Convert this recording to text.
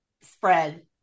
spread